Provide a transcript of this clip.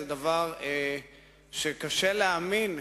זה דבר שקשה להאמין,